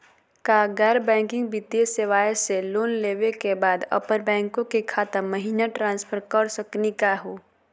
का गैर बैंकिंग वित्तीय सेवाएं स लोन लेवै के बाद अपन बैंको के खाता महिना ट्रांसफर कर सकनी का हो?